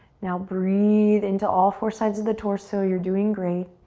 now breathe into all four sides of the torso. you're doing great.